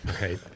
Right